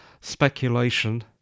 speculation